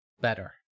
better